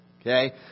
Okay